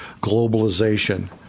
globalization